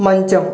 మంచం